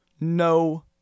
No